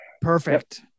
Perfect